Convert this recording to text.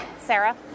Sarah